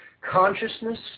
Consciousness